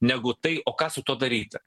negu tai o ką su tuo daryti